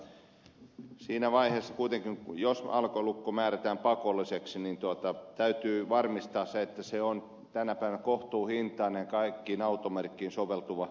kuitenkin siinä vaiheessa jos alkolukko määrätään pakolliseksi täytyy varmistaa se että se on tänä päivänä kohtuuhintainen ja kaikkiin automerkkeihin soveltuva laite